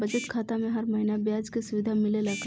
बचत खाता में हर महिना ब्याज के सुविधा मिलेला का?